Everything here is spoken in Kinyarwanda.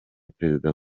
perezida